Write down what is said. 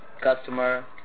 customer